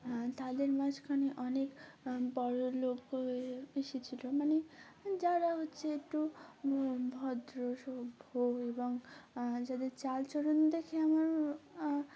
তাদের মাঝখানে অনেক বড় লোকও এসেছিলো মানে যারা হচ্ছে একটু ভদ্র সভ্য এবং যাদের চালচরণ দেখে আমার